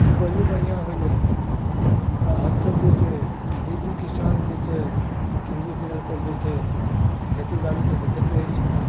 उपजो बढ़िऑं होइय आ हमसब जे छै डिटि किसान जे छै टी वी चैनल पर जे छै खेती बाड़ीके देखैत रहै छी